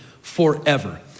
forever